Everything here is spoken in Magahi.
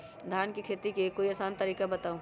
धान के खेती के कोई आसान तरिका बताउ?